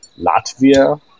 Latvia